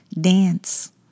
Dance